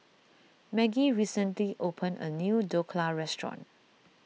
Maggie recently opened a new Dhokla restaurant